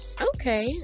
Okay